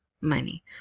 money